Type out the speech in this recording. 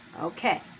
okay